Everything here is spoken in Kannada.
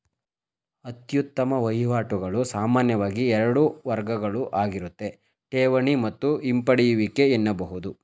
ಅತ್ಯುತ್ತಮ ವಹಿವಾಟುಗಳು ಸಾಮಾನ್ಯವಾಗಿ ಎರಡು ವರ್ಗಗಳುಆಗಿರುತ್ತೆ ಠೇವಣಿ ಮತ್ತು ಹಿಂಪಡೆಯುವಿಕೆ ಎನ್ನಬಹುದು